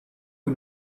que